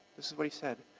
this is what he said.